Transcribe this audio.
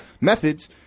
methods